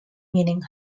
meaning